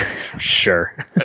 Sure